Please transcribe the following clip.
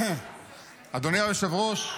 אדוני היושב-ראש,